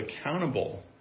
accountable